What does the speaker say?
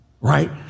right